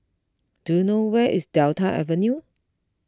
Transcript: do you know where is Delta Avenue